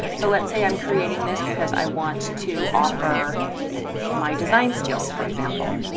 so let's say i'm creating this because i want to offer my design skills for example.